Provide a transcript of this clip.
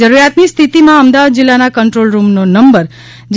જરૂરિયાતની સ્થિતિમાં અમદાવાદ જિલ્લાના કંટ્રોલ રૂમને નંબર છે